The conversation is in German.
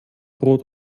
brot